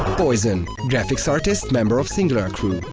poison. graphics artist, member of singular crew.